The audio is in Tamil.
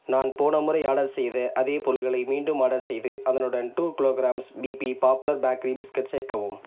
நான் போன முறை ஆர்டர் செய்த அதே பொருள்களை மீண்டும் ஆர்டர் செய்து அதனுடன் two kilo grams BB Popular Bakery biscuits சேர்க்கவும்